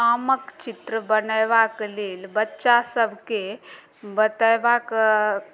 आमक चित्र बनेबाक लेल बच्चा सबके बतेबाक